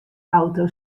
auto